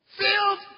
Filled